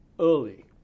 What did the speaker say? early